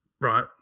right